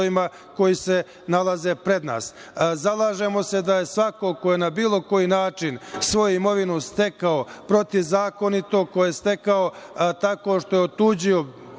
koji se nalaze pred nas. Zalažemo se da je svako ko je na bilo koji način svoju imovinu stekao protivzakonito, ko je stekao tako što je otuđio